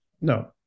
no